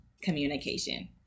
communication